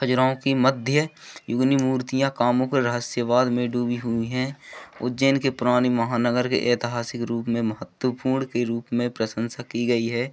खजुराहों की मध्य की बनी मूर्तियाँ कामुक रहस्यवाद में डूबी हुई हैं उज्जैन के पुरानी महानगर के ऐतिहासिक रूप में महत्त्वपूर्ण के रूप में प्रशंसा की गई है